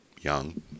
young